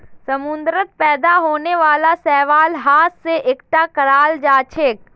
समुंदरत पैदा होने वाला शैवाल हाथ स इकट्ठा कराल जाछेक